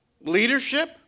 leadership